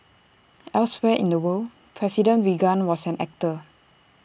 elsewhere in the world president Reagan was an actor